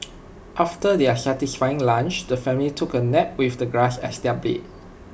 after their satisfying lunch the family took A nap with the grass as their bed